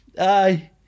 Aye